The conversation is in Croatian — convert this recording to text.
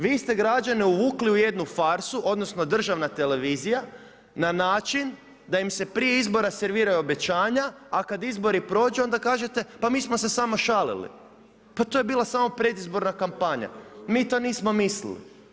Vi ste građane uvukli u jednu farsu, odnosno državna televizija na način da im se prije izbora serviraju obećanja a kada izbori prođu onda kažete pa mi smo se samo šalili, pa to je bila samo predizborna kampanja, mi to nismo misliti.